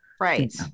right